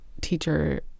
teacher